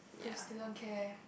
to student care